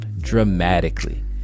dramatically